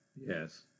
Yes